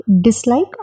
dislike